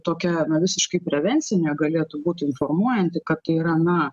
tokia na visiškai prevencinė galėtų būt informuojanti kad tai yra na